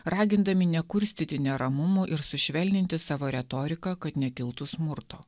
ragindami nekurstyti neramumų ir sušvelninti savo retoriką kad nekiltų smurto